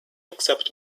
accept